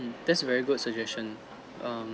that's very good suggestion um